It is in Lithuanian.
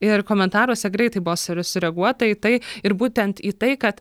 ir komentaruose greitai buvo sur sureaguota į tai ir būtent į tai kad